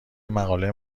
مقاله